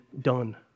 done